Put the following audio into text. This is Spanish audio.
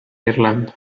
irlanda